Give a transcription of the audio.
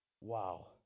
Wow